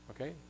okay